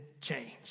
change